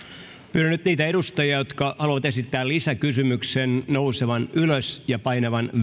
pyydän nyt niitä edustajia jotka haluavat esittää lisäkysymyksen nousemaan ylös ja painamaan